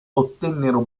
ottennero